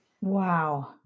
Wow